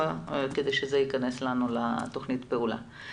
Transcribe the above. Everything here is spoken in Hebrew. כדי שזה ייכנס לתוכנית הפעולה שלנו.